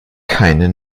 keine